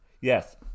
Yes